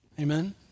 Amen